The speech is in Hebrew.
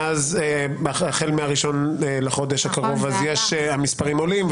החל מה-1 לחודש הקרוב המספרים עולים,